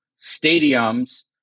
stadiums